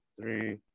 Three